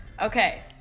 okay